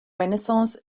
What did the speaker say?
renaissance